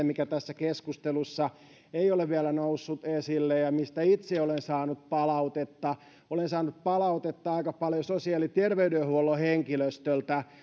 mikä tässä keskustelussa ei ole vielä noussut esille ja mistä itse olen saanut palautetta olen saanut palautetta aika paljon sosiaali ja terveydenhuollon henkilöstöltä